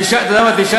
אתה יודע מה?